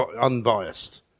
unbiased